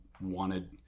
wanted